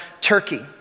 Turkey